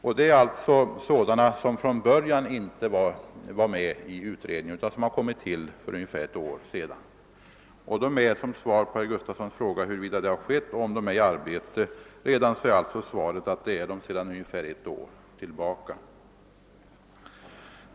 Svaret på herr Gustafsons fråga, huruvida arbetsgruppen har kommit i arbete, är alltså att den har börjat sin verksamhet för ungefär ett år sedan.